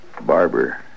Barber